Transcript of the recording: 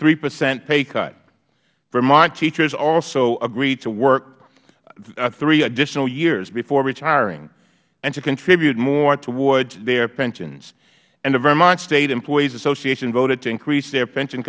three percent pay cut vermont teachers also agreed to work three additional years before retiring and to contribute more towards their pensions and the vermont state employees association voted to increase their pension